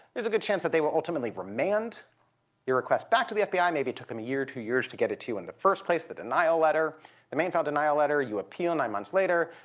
there's a good chance that they will ultimately remand your request back to the fbi maybe it took them a year or two years to get it to you in the first place the denial letter the main file denial letter. you appeal. nine months later,